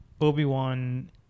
Obi-Wan